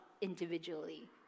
individually